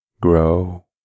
grow